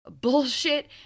bullshit